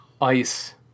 ice